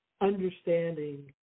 understanding